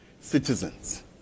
citizens